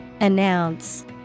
Announce